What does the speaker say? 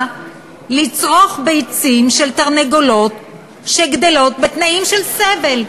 לצרוך ביצים של תרנגולות שגדלות בתנאים של סבל.